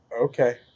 Okay